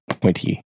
pointy